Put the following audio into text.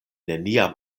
neniam